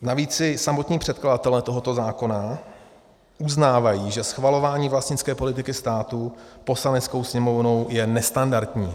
Navíc i samotní předkladatelé tohoto zákona uznávají, že schvalování vlastnické politiky státu Poslaneckou sněmovnou je nestandardní.